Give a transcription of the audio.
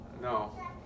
No